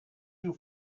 you